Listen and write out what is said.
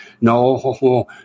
No